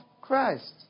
Christ